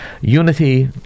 unity